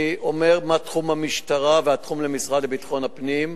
אני אומר מה תחום האחריות של המשטרה ושל המשרד לביטחון הפנים.